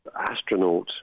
astronaut